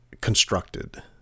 constructed